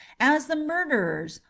as the murderers,